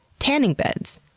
tanning beds,